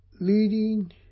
leading